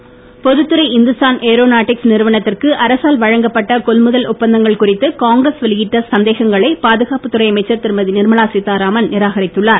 நிர்மலா பொதுத் துறை Hindustan Aeronautics நிறுவனத்திற்கு அரசால் வழங்கப்பட்ட கொள் முதல் ஒப்பந்தங்கள் குறித்து காங்கிரஸ் வெளியிட்ட சந்தேகங்களை பாதுகாப்பு அமைச்சர் திருமதி நிர்மலா சீத்தாராமன் நிராகரித்துள்ளார்